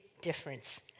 difference